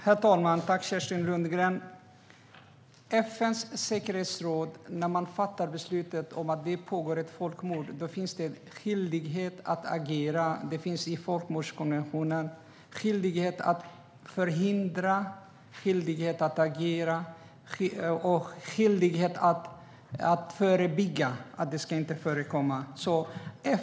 Herr talman! Tack, Kerstin Lundgren! När FN:s säkerhetsråd fattar ett beslut om att det pågår ett folkmord finns det en skyldighet att agera. Det finns i folkmordskonventionen en skyldighet att förhindra, att agera och att förebygga så att det inte ska förekomma.